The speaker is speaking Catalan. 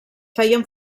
feien